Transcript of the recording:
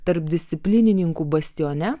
tarpdisciplinininkų bastione